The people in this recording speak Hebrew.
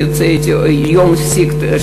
יום הסיגד,